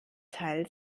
teil